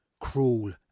Cruel